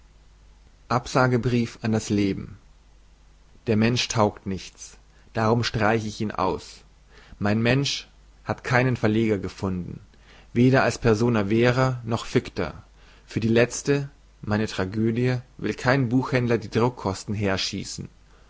absagebrief an das leben der mensch taugt nichts darum streiche ich ihn aus mein mensch hat keinen verleger gefunden weder als persona vera noch ficta für die lezte meine tragödie will kein buchhändler die drukkosten herschießen